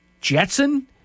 Jetson